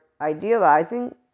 idealizing